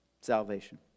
salvation